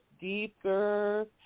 deeper